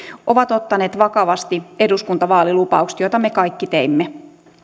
ovat ottaneet vakavasti eduskuntavaalilupaukset joita me kaikki teimme